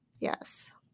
Yes